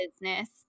business